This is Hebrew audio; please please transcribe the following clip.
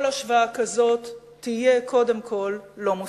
כל השוואה כזאת תהיה קודם כול לא מוסרית.